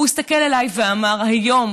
הוא הסתכל עליי ואמר: היום,